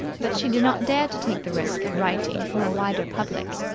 but she did not dare to take the risk of writing for a wider public.